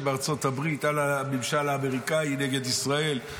בארצות הברית על הממשל האמריקאי נגד ישראל.